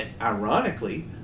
ironically